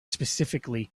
specifically